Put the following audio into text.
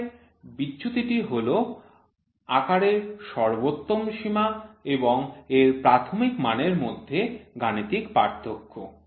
উপরের বিচ্যুতিটি হল আকারের সর্বোচ্চ সীমা এবং এর প্রাথমিক মানের মধ্যে গাণিতিক পার্থক্য